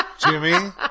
Jimmy